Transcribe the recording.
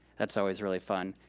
that's always really fun.